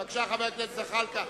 בבקשה, חבר הכנסת זחאלקה.